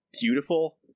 beautiful